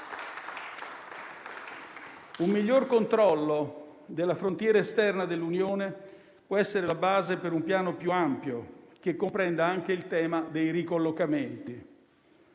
Un miglior controllo della frontiera esterna dell'Unione può essere la base per un piano più ampio, che comprenda anche il tema dei ricollocamenti.